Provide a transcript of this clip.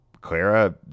Clara